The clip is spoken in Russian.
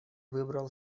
выбрал